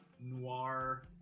noir